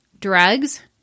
drugs